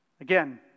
Again